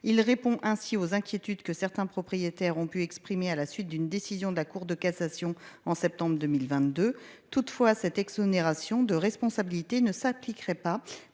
Il répond ainsi aux inquiétudes que certains propriétaires ont pu exprimer à la suite d'une décision de la Cour de cassation en septembre 2022. Toutefois cette exonération de responsabilité ne s'appliquerait pas